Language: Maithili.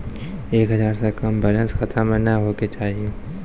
एक हजार से कम बैलेंस खाता मे नैय होय के चाही